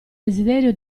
desiderio